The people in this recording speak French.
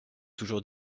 toujours